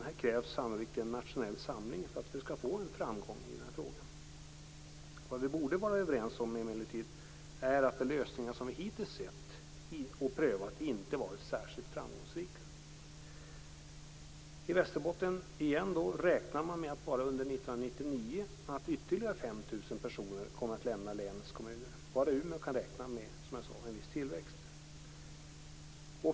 Här krävs sannolikt en nationell samling om vi skall nå framgång i den här frågan. Vad vi emellertid borde vara överens om är att de lösningar som vi hittills sett och prövat inte varit särskilt framgångsrika. I Västerbotten - återigen - räknar man med att ytterligare 5 000 personer kommer att lämna länets kommuner bara under 1999. Bara Umeå kan, som jag sade, räkna med en viss tillväxt.